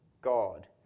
God